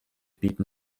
bieten